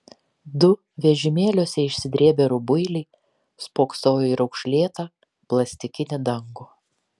du vežimėliuose išsidrėbę rubuiliai spoksojo į raukšlėtą plastikinį dangų